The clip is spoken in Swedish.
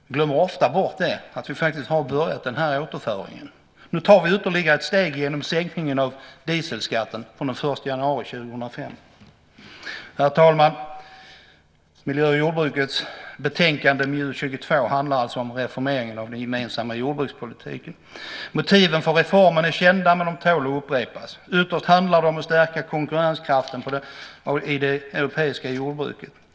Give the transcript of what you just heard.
Man glömmer ofta bort att den här återföringen har påbörjats. Nu tar vi ytterligare ett steg genom sänkningen av dieselskatten från den 1 januari 2005. Herr talman! Miljö och jordbruksutskottets betänkande MJU22 handlar om reformeringen av den gemensamma jordbrukspolitiken. Motiven för reformen är kända, men de tål att upprepas. Ytterst handlar det om att stärka konkurrenskraften i det europeiska jordbruket.